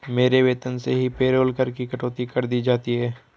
मेरे वेतन से ही पेरोल कर की कटौती कर दी जाती है